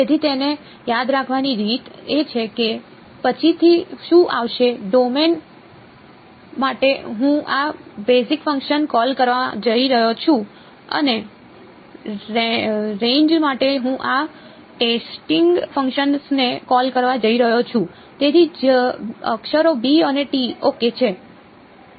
તેથી તેને યાદ રાખવાની રીત એ છે કે પછીથી શું આવશે ડોમેન માટે હું આ બેઝિક ફંક્શન્સ કૉલ કરવા જઈ રહ્યો છું અને રેન્જ માટે હું આ ટેસ્ટિંગ ફંક્શન્સને કૉલ કરવા જઈ રહ્યો છું તેથી જ અક્ષરો b અને t ok છે